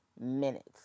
minutes